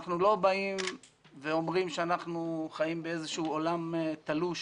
אנחנו לא באים ואומרים שאנחנו חיים באיזשהו עולם תלוש